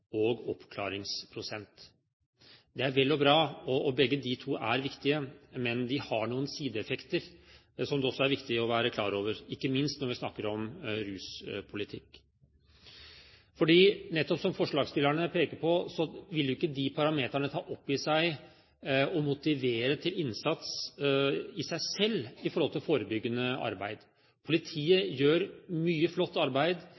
oppklaringsprosent. Det er vel og bra. Begge de to er viktige, men de har noen sideeffekter som det også er viktig å være klar over, ikke minst når vi snakker om ruspolitikk. Som forslagsstillerne peker på, vil jo ikke de parametrene ta opp i seg og motivere til innsats i seg selv i forhold til forebyggende arbeid. Politiet gjør mye flott arbeid.